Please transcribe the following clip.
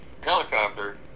helicopter